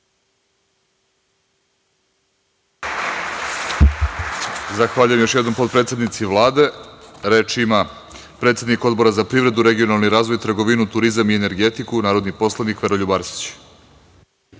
Zahvaljujem još jednom potpredsednici Vlade. Reč ima predsednik Odbora za privredu, regionalni razvoj, trgovinu, turizam i energetiku, narodni poslanik Veroljub